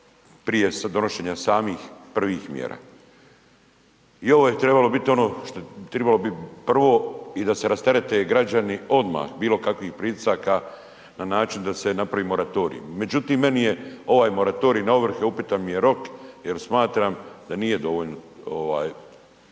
prije donošenja samih prvih mjera. I ovo je trebalo biti ono što je trebalo biti prvo i da se rasterete građani odmah bilokakvih pritisaka na način da se napravi moratorij međutim meni je ovaj moratorij na ovrhe upitan mi je rok jer smatram da nije dovoljno